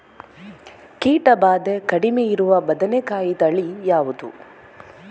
ಕೀಟ ಭಾದೆ ಕಡಿಮೆ ಇರುವ ಬದನೆಕಾಯಿ ತಳಿ ಯಾವುದು?